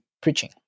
preaching